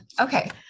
Okay